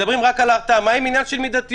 מדברים רק על ההרתעה, מה עם עניין של מידתיות?